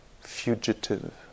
fugitive